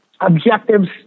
Objectives